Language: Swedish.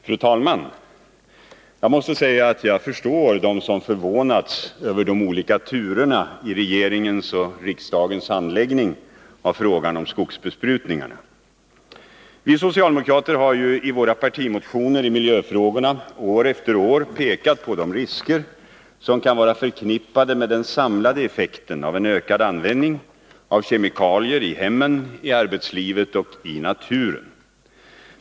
Fru talman! Jag måste säga att jag förstår dem som förvånats över de olika turerna i regeringens och riksdagens handläggning av frågan om skogsbesprutningar. Vi socialdemokrater har i våra partimotioner i miljöfrågorna år efter år pekat på de risker som kan vara förknippade med den samlade effekten av en ökad användning av kemikalier i hemmen, i arbetslivet och i naturen.